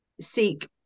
seek